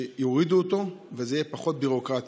שיורידו אותו, וזה יהיה פחות ביורוקרטיה.